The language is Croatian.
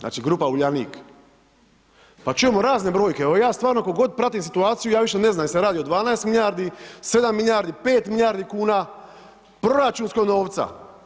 Znači grupa Uljanik, pa čujemo razne brojke, evo ja stvarno koliko god pratim situaciju ja više ne znam jel se radi o 12 milijardi, 7 milijardi, 5 milijardi kuna proračunskog novca.